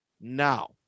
Now